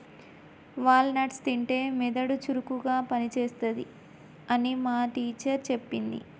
wall nuts తింటే మెదడు చురుకుగా పని చేస్తది అని మా టీచర్ చెప్పింది